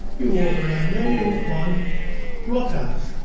you walk around there, you will find rock arts.